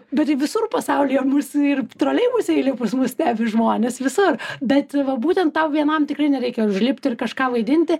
bet tai visur pasaulyje mus ir troleibuse įlipus pas mus stebi žmonės visur bet va būtent tau vienam tikrai nereikia užlipti ir kažką vaidinti